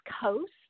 Coast